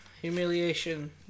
Humiliation